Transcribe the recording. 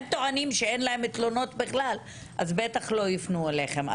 טוענים שאין אצלם תלונות בכלל אז הם בטח לא יפנו אליכם.